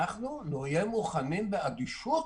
אנחנו נהיה מוכנים באדישות